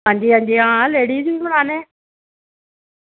अंजी अंजी आं लेडीज़ बी बनान्ने आं